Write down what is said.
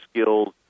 skills